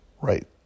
right